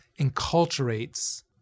enculturates